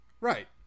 Right